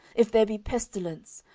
if there be pestilence,